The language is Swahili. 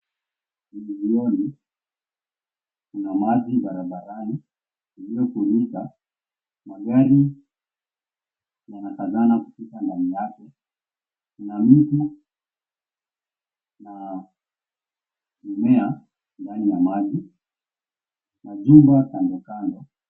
Kuna maji barabarani yaliofunika magari yanakazana kupita ndani yake, kuna miti na mimea ndani ya maji, majumba kandokando.